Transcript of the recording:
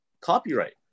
copyright